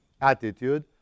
attitude